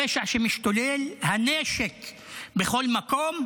הפשע שמשתולל, הנשק בכל מקום,